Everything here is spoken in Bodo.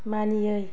मानियै